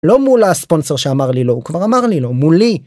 לא מול הספונסר שאמר לי לא, הוא כבר אמר לי לא, מולי.